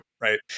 Right